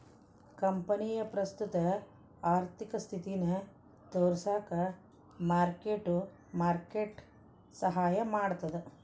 ಕಂಪನಿಯ ಪ್ರಸ್ತುತ ಆರ್ಥಿಕ ಸ್ಥಿತಿನ ತೋರಿಸಕ ಮಾರ್ಕ್ ಟು ಮಾರ್ಕೆಟ್ ಸಹಾಯ ಮಾಡ್ತದ